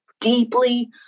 deeply